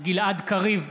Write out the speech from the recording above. גלעד קריב,